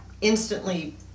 instantly